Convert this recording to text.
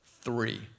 Three